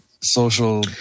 social